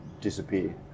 disappear